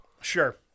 Sure